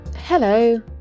Hello